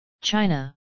China